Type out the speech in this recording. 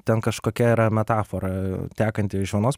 ten kažkokia yra metafora tekanti iš vienos